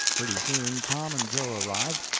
pretty soon tom and joe arrived,